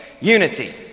unity